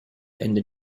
ende